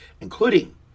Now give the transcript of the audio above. including